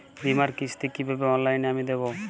বীমার কিস্তি কিভাবে অনলাইনে আমি দেবো?